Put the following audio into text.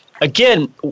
again –